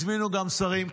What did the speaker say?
הזמינו גם שרים,